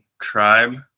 tribe